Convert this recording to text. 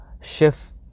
shift